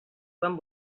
quan